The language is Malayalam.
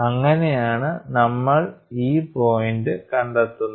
അങ്ങനെയാണ് നമ്മൾ ഈ പോയിന്റ് കണ്ടെത്തുന്നത്